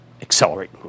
accelerate